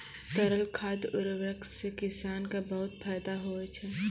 तरल खाद उर्वरक सें किसान क बहुत फैदा होय छै